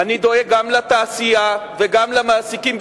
אני דואג גם לתעשייה וגם למעסיקים,